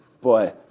Boy